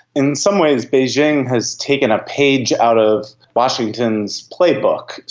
in some ways beijing has taken a page out of washington's playbook.